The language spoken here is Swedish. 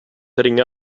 ringa